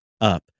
Up